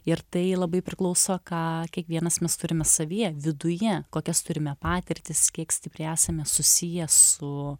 ir tai labai priklauso ką kiekvienas mes turime savyje viduje kokias turime patirtis kiek stipriai esame susiję su